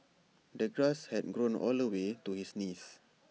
the grass had grown all the way to his knees